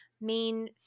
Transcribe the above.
main